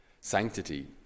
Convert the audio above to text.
sanctity